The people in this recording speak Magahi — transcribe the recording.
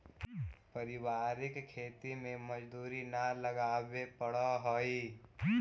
पारिवारिक खेती में मजदूरी न लगावे पड़ऽ हइ